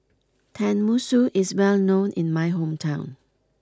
Tenmusu is well known in my hometown